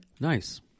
Nice